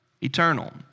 Eternal